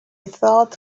thought